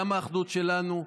גם האחדות שלנו.